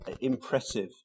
impressive